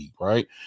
right